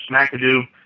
McAdoo